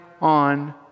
on